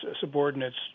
subordinates